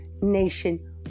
nation